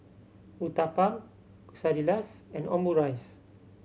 Uthapam Quesadillas and Omurice